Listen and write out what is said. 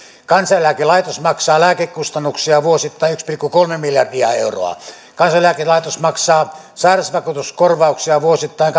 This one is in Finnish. kansaneläkelaitos maksaa lääkekustannuksia vuosittain yksi pilkku kolme miljardia euroa kansaneläkelaitos maksaa sairausvakuutuskorvauksia vuosittain